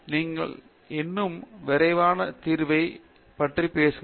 பேராசிரியர் சத்யநாராயணன் என் கும்மாடி நீங்கள் இன்னும் விரைவான தீர்வைப் பற்றி பேசுகிறீர்கள்